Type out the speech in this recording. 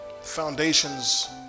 foundations